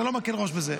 אני לא מקל ראש בזה.